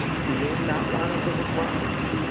create an outline of the requirements.